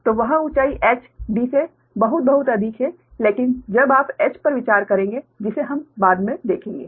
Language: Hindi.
तो वह ऊंचाई h D से बहुत बहुत अधिक है लेकिन जब आप h पर विचार करेंगे जिसे हम बाद में देखेंगे